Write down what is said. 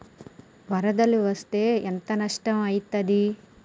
వరదలు వస్తే ఎంత నష్టం ఐతది?